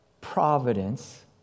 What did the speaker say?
providence